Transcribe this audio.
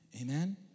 amen